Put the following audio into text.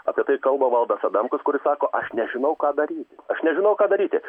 apie tai kalba valdas adamkus kuris sako aš nežinau ką daryti aš nežinau ką daryti